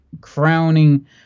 crowning